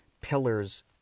pillars